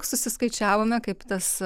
susiskaičiavome kaip tas